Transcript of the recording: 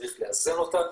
וצריך לאזן אותה,